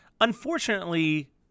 Unfortunately